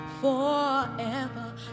forever